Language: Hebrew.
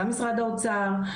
גם משרד האוצר,